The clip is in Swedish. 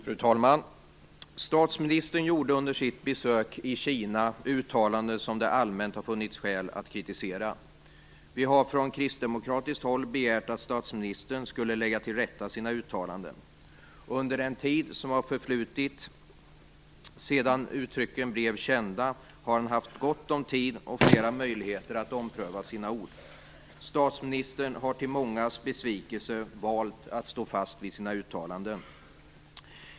Fru talman! Statsministern gjorde under sitt besök i Kina uttalanden som det allmänt har funnits skäl att kritisera. Vi har från kristdemokratiskt håll begärt att statsministern skulle lägga sina uttalanden till rätta. Under den tid som har förflutit sedan uttrycken blev kända, har han haft gott om tid och flera möjligheter att ompröva sina ord. Statsministern har till mångas stora besvikelse valt att stå fast vid sina uttalanden.